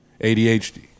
adhd